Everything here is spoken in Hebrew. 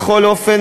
בכל אופן,